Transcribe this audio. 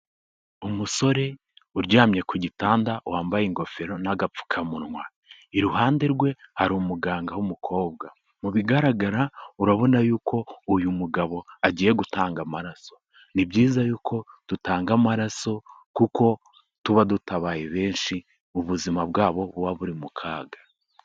Umusore uryamye ku gitanda wambaye ingofero n'agapfukamunwa, iruhande rwe hari umuganga w'umukobwa, mu bigaragara urabona y'uko uyu mugabo agiye gutanga amaraso, ni byiza yuko dutanga amaraso kuko tuba dutabaye benshi ubuzima bwabo buba buri mu kaga.